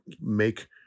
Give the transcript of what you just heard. make